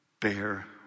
Bear